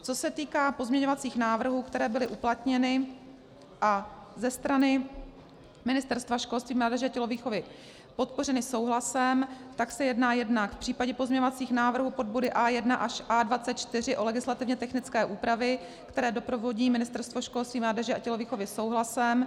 Co se týká pozměňovacích návrhů, které byly uplatněny a ze strany Ministerstva školství, mládeže a tělovýchovy podpořeny souhlasem, tak se jedná jednak v případě pozměňovacích návrhů pod body A1 až A24 o legislativně technické úpravy, které doprovodí Ministerstvo školství, mládeže a tělovýchovy souhlasem.